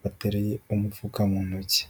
bateruye umufuka mu ntoki.